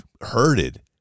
herded